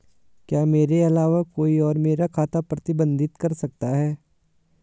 क्या मेरे अलावा कोई और मेरा खाता प्रबंधित कर सकता है?